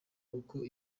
uko